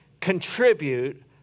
contribute